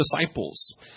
disciples